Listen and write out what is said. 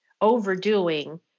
overdoing